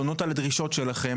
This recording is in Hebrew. עונות על הדרישות שלכם,